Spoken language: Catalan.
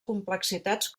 complexitats